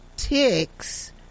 ticks